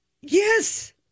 Yes